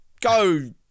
go